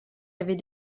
avez